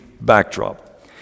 backdrop